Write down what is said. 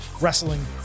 Wrestling